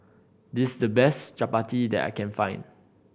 this is the best chappati that I can find